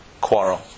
Quarrel